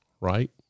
Right